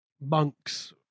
monks